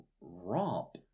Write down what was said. romp